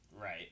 right